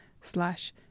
slash